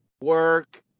work